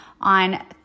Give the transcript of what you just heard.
on